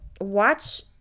Watch